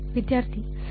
ವಿದ್ಯಾರ್ಥಿ ಸರ್